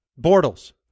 Bortles